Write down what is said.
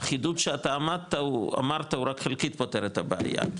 האחידות שאתה אמרת הוא רק חלקית פותר את הבעיה.